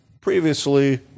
previously